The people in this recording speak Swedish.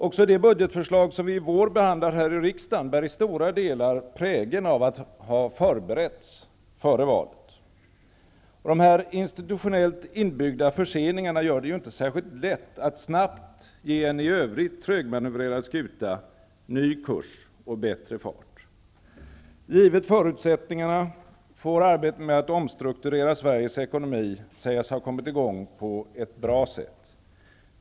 Även det budgetförslag som vi i vår behandlar här i riksdagen bär i stora delar prägeln av att ha förberetts före valet. Dessa institutionellt inbyggda förseningar gör det inte särskilt lätt att snabbt ge en i övrigt trögmanövrerad skuta ny kurs och bättre fart. Med de givna förutsättningarna får arbetet med att omstrukturera Sveriges ekonomi sägas ha kommit i gång på ett bra sätt.